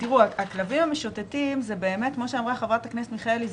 הכלבים המשוטטים זה באמת כמו שאמרה ח"כ מיכאלי,